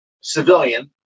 civilian